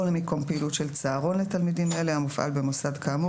למקום פעילות של צהרון לתלמידים אלה המופעל במוסד כאמור